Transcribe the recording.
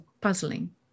puzzling